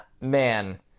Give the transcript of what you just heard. man